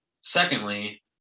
secondly